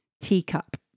Teacup